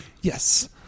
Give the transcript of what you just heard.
Yes